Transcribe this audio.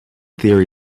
theory